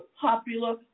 popular